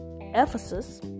Ephesus